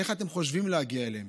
איך אתם חושבים להגיע אליהם?